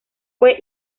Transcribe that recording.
fue